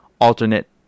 alternate